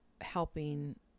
helping